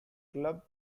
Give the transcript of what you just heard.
club